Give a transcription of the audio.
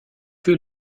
que